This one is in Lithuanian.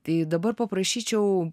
tai dabar paprašyčiau